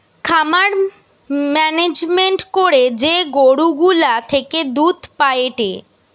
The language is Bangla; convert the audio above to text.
খামার মেনেজমেন্ট করে যে গরু গুলা থেকে দুধ পায়েটে